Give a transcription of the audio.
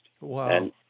Wow